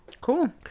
Cool